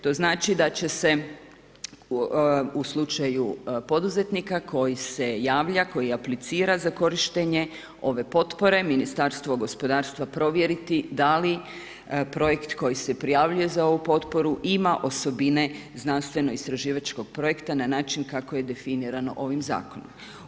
To znači da će se u slučaju poduzetnika koji se javlja, koji aplicira za korištenje ove potpore, Ministarstvo gospodarstva provjeriti da li projekt koji se prijavljuje za ovu potporu, ima osobine znanstveno istraživačkog projekta na način kako je definirano ovim zakonom.